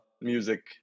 music